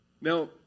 Now